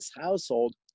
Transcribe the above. household